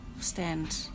stand